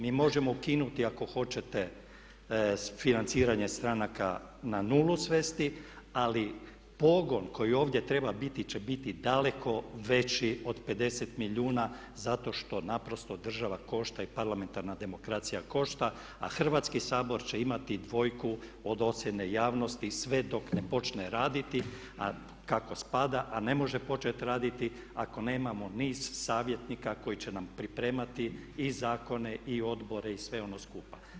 Mi možemo ukinuti ako hoćete financiranje stranaka na nulu svesti, ali pogon koji ovdje treba biti će biti daleko veći od 50 milijuna zato što naprosto država košta i parlamentarna demokracija košta a Hrvatski sabor će imati dvojku od ocjene javnosti sve dok ne počne raditi kako spada a ne može početi raditi ako nemamo niz savjetnika koji će nam pripremati i zakone i odbore i sve ono skupa.